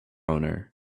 owner